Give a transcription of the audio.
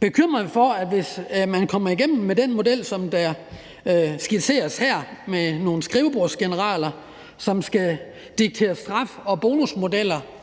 bekymret for det, hvis man kommer igennem med den model, som der skitseres her, med nogle skrivebordsgeneraler, som skal diktere straf- og bonusmodeller